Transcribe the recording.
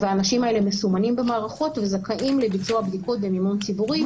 האנשים האלה מסומנים במערכות וזכאים לביצוע בדיקות במימון ציבורי,